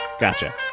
Gotcha